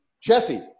Jesse